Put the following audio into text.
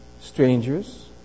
strangers